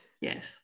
Yes